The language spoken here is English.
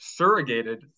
surrogated